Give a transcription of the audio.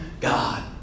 God